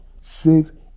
save